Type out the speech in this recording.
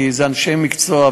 כי אלה אנשי מקצוע,